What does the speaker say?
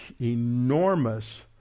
enormous